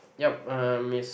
yup um is